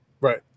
Right